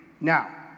Now